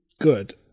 good